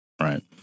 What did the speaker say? Right